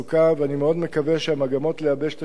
ואני מאוד מקווה שהמגמות לייבש את השירות